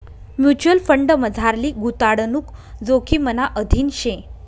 mutual फंडमझारली गुताडणूक जोखिमना अधीन शे